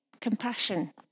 compassion